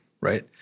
right